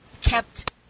kept